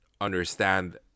understand